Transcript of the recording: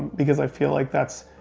because i feel like that's,